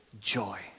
joy